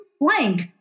blank